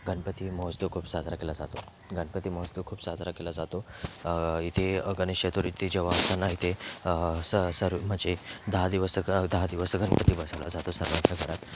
गणपती महोत्सव खूप साजरा केला जातो गणपती महोत्सव खूप साजरा केला जातो इथे गणेश चतुर्थी जेव्हा येते ना इथे स सर्व म्हणजे दहा दिवस ग दहा दिवस गणपती बसवला जातो सर्वांच्या घरात